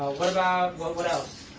what about what what else?